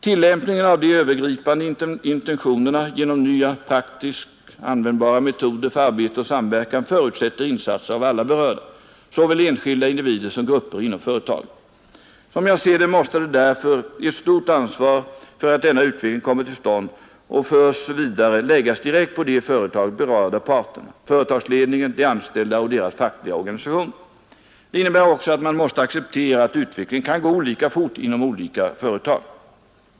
Tillämpningen av de övergripande intentionerna genom nya praktiskt användbara metoder för arbete och samverkan förutsätter insatser av alla berörda, såväl enskilda individer som grupper inom företaget. Som jag ser det, måste därför ett stort ansvar för att denna utveckling kommer till stånd och förs vidare läggas direkt på de i företaget berörda parterna, företagsledningen, de anställda och deras fackliga organisationer. Det innebär också att man måste acceptera att utvecklingen kan gå olika fort inom olika företag.